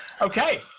Okay